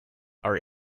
are